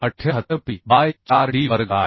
78 Pi by 4 d वर्ग आहे